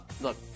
look